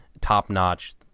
top-notch